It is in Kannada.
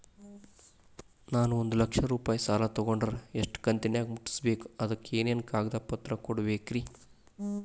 ನಾನು ಒಂದು ಲಕ್ಷ ರೂಪಾಯಿ ಸಾಲಾ ತೊಗಂಡರ ಎಷ್ಟ ಕಂತಿನ್ಯಾಗ ಮುಟ್ಟಸ್ಬೇಕ್, ಅದಕ್ ಏನೇನ್ ಕಾಗದ ಪತ್ರ ಕೊಡಬೇಕ್ರಿ?